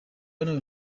hano